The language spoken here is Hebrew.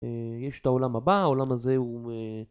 יש את העולם הבא, העולם הזה הוא...